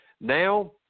now